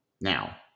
Now